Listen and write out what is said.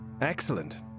Excellent